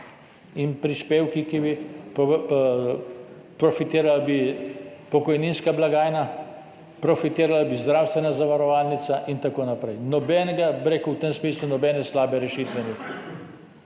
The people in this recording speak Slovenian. in prispevki, profitirala bi pokojninska blagajna, profitirala bi zdravstvena zavarovalnica in tako naprej. V tem smislu nobene slabe rešitve ni.